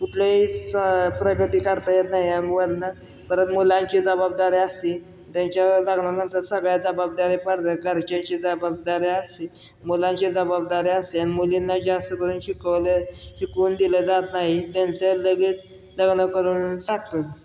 कुठलीही स प्रगती काढता येत नाही आणि मुलांनां परत मुलांची जबाबदारी असते त्यांच्यावर लाग्नानंतर सगळ्या जबाबदाऱ्या पडतात घरच्यांची जबाबदाऱ्या असतील मुलांचे जबाबदाऱ्या असते आणि मुलींना जास्त करून शिकवले शिकू दिलं जात नाही त्यांचं लगेच लग्न करून टाकतात